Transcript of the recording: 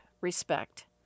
respect